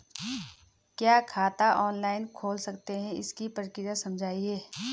क्या खाता ऑनलाइन खोल सकते हैं इसकी प्रक्रिया समझाइए?